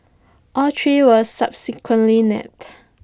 all three were subsequently nabbed